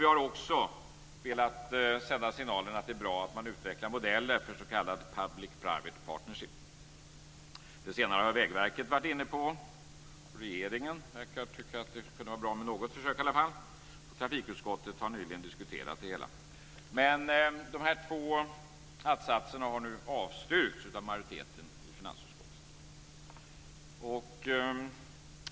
Vi har också velat sända signalen att det är bra att modeller utvecklas för s.k. Public Private Partnership. Det senare har Vägverket varit inne på, och regeringen verkar tycka att det kan vara bra med åtminstone något försök. Trafikutskottet har nyligen diskuterat det hela. De två att-satserna har avstyrkts av majoriteten i finansutskottet.